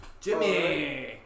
Jimmy